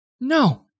No